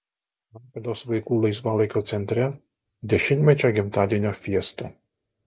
klaipėdos vaikų laisvalaikio centre dešimtmečio gimtadienio fiesta